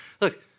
Look